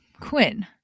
Quinn